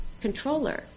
controller